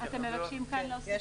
כן.